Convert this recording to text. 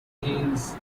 details